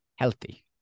Healthy